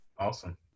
awesome